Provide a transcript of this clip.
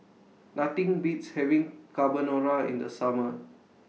Nothing Beats having Carbonara in The Summer